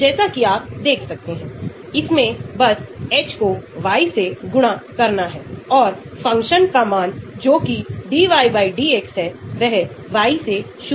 तो अगर आप CNS के दुष्प्रभाव से बचना चाहते हैं तो हमें 2 से दूर रहने की आवश्यकता है ताकि यह या तो नीचे या नीचे आ जाए ताकि यह रक्त मस्तिष्क बाधा को पार न करे